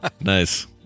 Nice